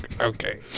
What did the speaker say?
Okay